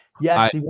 Yes